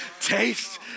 Taste